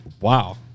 Wow